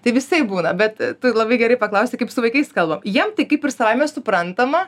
tai visaip būna bet tu labai gerai paklausei kaip su vaikais kalbam jiem tai kaip ir savaime suprantama